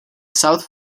south